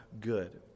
good